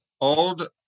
old